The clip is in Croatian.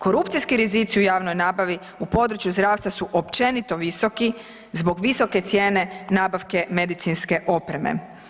Korupcijski rizici u javnoj nabavi u području zdravstva su općenito visoki zbog visoke cijene nabavke medicinske opreme.